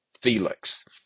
Felix